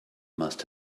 must